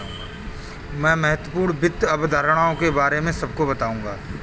मैं महत्वपूर्ण वित्त अवधारणाओं के बारे में सबको बताऊंगा